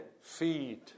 Feed